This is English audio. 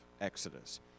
Exodus